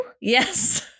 Yes